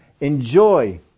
enjoy